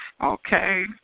Okay